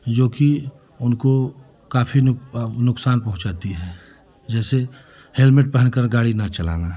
जोकि उनको काफ़ी नुक नुकसान पहुँचाती है जैसे हेलमेट पहनकर गाड़ी न चलाना